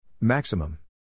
Maximum